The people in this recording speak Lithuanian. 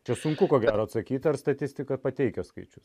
čia sunku ko gero atsakyti ar statistiką pateikia skaičius